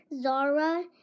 Zara